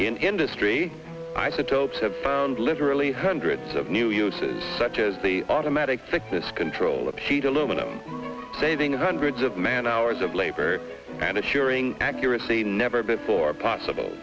industry isotopes have found literally hundreds of new uses such as the automatic thickness control of sheet aluminum saving hundreds of man hours of labor and assuring accuracy never before possible